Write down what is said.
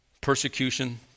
persecution